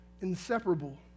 inseparable